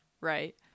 right